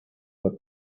what